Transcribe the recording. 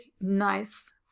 nice